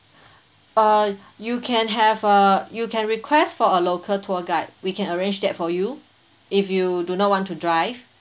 uh you can have a you can request for a local tour guide we can arrange that for you if you do not want to drive